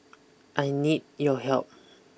I need your help